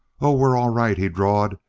oh, we're all right, he drawled.